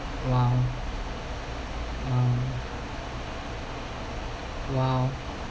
!wow! !wow! !wow!